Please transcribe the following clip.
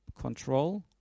control